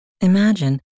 Imagine